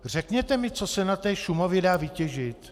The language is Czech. Řekněte mi, co se na té Šumavě dá vytěžit?